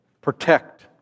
protect